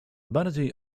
bardziej